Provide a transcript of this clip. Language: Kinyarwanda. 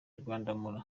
rwandamura